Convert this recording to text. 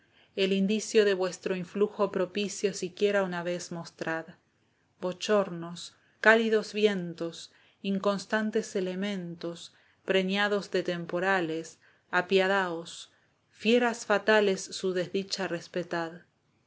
el indicio de vuestro influjo propicio la cautiva siquiera una vez mostrad bochornos cálidos vientos inconstantes elementos preñados de temporales apiadaos fieras fatales su desdicha respetad